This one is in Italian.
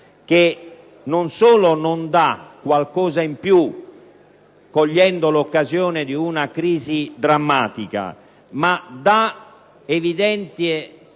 che non solo non dà qualcosa in più, cogliendo l'occasione di una crisi drammatica, ma destina